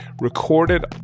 recorded